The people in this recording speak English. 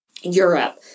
Europe